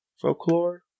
Folklore